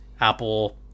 Apple